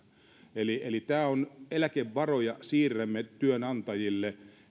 eli eli eläkevaroja siirrämme työnantajille